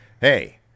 hey